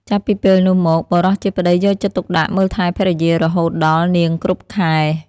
ចាប់ពីពេលនោះមក បុរសជាប្តីយកចិត្តទុកដាក់មើលថែភរិយារហូតដល់ នាងគ្រប់ខែ ។